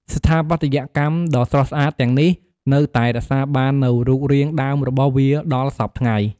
ស្ថាបត្យកម្មដ៏ស្រស់ស្អាតទាំងនេះនៅតែរក្សាបាននូវរូបរាងដើមរបស់វាដល់សព្វថ្ងៃ។